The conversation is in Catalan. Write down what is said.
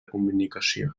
comunicació